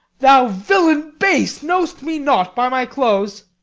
thou villain base, know'st me not by my clothes?